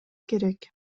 керек